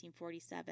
1847